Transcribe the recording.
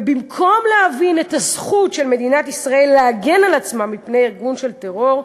במקום להבין את הזכות של מדינת ישראל להגן על עצמה מפני ארגון טרור,